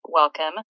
welcome